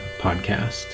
Podcast